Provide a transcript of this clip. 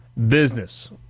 Business